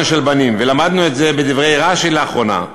של בנים"; למדנו את זה בדברי רש"י לאחרונה.